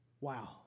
Wow